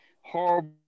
horrible